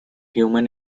human